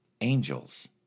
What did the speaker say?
angels